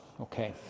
okay